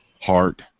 heart